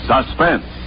Suspense